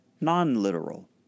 non-literal